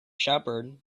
shepherd